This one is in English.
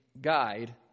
guide